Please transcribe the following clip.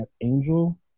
Angel